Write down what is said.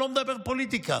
אני לא מדבר פוליטיקה,